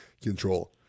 control